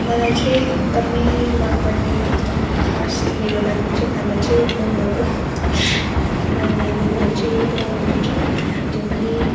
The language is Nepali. मलाई चाहिँ एकदमै मनपर्ने एकदम खास मेरो लागि चाहिँ खाना चाहिँ मोमो हो मलाई मोमो चाहिँ पुरा मनपर्छ त्यो पनि